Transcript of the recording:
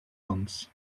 ons